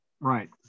right